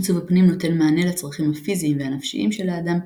עיצוב הפנים נותן מענה לצרכיו הפיזיים והנפשיים של האדם,